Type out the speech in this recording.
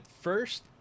first